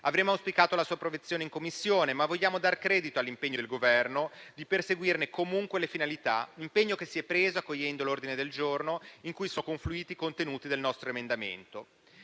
Avremmo auspicato la sua approvazione in Commissione, ma vogliamo dar credito all'impegno del Governo di perseguirne comunque le finalità; impegno che si è preso accogliendo l'ordine del giorno in cui sono confluiti i contenuti del nostro emendamento.